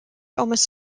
almost